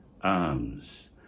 arms